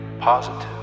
positive